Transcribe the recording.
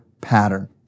pattern